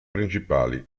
principali